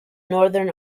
northern